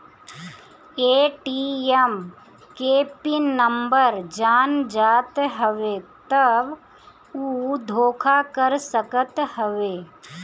ATM के pin number जान जात हवे तब उ धोखा कर सकत हवे